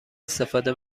استفاده